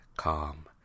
Calm